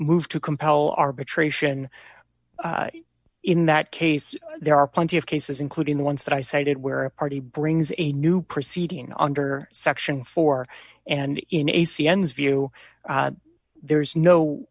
moved to compel arbitration in that case there are plenty of cases including the ones that i cited where a party brings a new proceeding under section four and in a c n n s view there's no